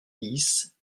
dix